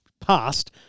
passed